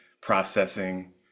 processing